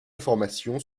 information